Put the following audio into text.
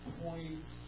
points